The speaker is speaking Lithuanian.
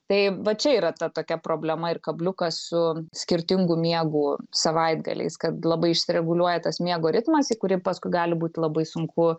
tai vat čia yra tokia problema ir kabliukas su skirtingu miegu savaitgaliais kad labai išreguliuoja tas miego ritmas į kurį paskui gali būt labai sunku